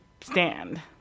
stand